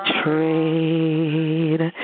trade